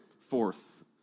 fourth